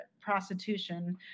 prostitution